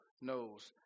knows